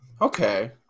Okay